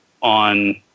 on